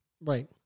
Right